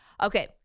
Okay